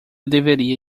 deveria